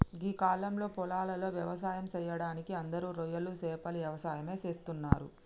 గీ కాలంలో పొలాలలో వ్యవసాయం సెయ్యడానికి అందరూ రొయ్యలు సేపల యవసాయమే చేస్తున్నరు